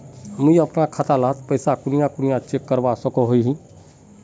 मुई अपना खाता डात पैसा कुनियाँ कुनियाँ चेक करवा सकोहो ही?